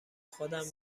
خودم